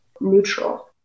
neutral